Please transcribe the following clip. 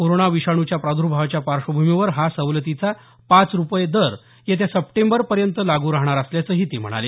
corona विषाणूच्या प्रादर्भावाच्या पार्श्वभूमीवर हा सवलतीचा पाच रुपये दर सप्टेंबरपर्यंत लागू राहणार असल्याचं ते म्हणाले